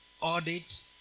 audit